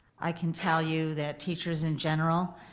i can tell you that teachers in general,